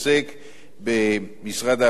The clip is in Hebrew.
במשרד העבודה והרווחה.